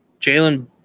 Jalen